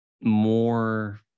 more